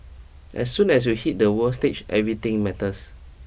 as soon as you hit the world stage everything matters